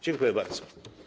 Dziękuję bardzo.